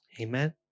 Amen